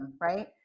right